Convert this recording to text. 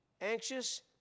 anxious